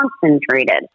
concentrated